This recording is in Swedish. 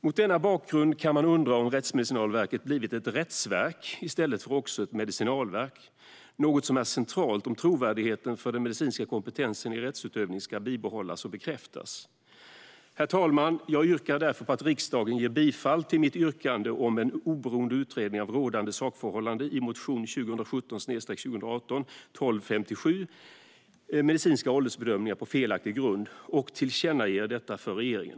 Mot denna bakgrund kan man undra om Rättsmedicinalverket har blivit ett rättsverk i stället för ett medicinalverk. Det är något som är centralt om trovärdigheten för den medicinska kompetensen i rättsutövning ska bibehållas och bekräftas. Herr talman! Jag yrkar bifall till min motion 2017/18:1257, Medicinska åldersbedömningar på felaktig grund , som behandlar frågan om en oberoende utredning av rådande sakförhållanden och tillkännager detta för regeringen.